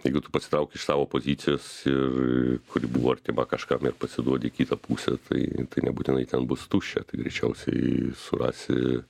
jeigu tu pasitrauki iš savo pozicijos ir kuri buvo artima kažkam ir pasiduodi į kitą pusę tai tai nebūtinai ten bus tuščia tai greičiausiai surasi